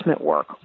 work